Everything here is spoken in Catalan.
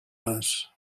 les